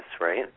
right